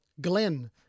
Glenn